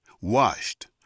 washed